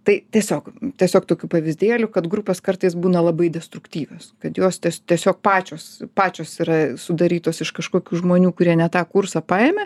tai tiesiog tiesiog tokių pavyzdėlių kad grupės kartais būna labai destruktyvios kad jos tiesiog pačios pačios yra sudarytos iš kažkokių žmonių kurie ne tą kursą paimė